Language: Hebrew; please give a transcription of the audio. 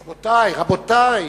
רבותי, רבותי.